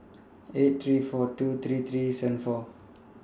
eight three four two three three seven four